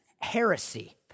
heresy